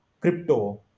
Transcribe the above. crypto